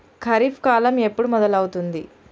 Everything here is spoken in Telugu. ఖరీఫ్ కాలం ఎప్పుడు మొదలవుతుంది?